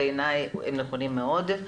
בעיניי הם נכונים מאוד.